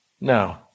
No